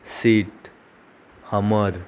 seat hummer